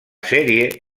sèrie